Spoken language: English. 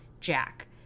Jack